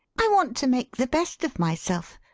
i want to make the best of myself.